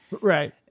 Right